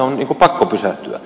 on pakko pysähtyä